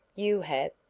you have,